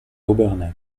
obernai